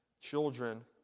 children